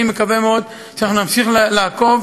אני מקווה מאוד שאנחנו נמשיך לעקוב